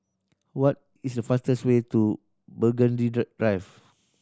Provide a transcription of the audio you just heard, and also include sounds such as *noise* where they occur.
what is the fastest way to Burgundy *unintelligible* Drive